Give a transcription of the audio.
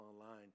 online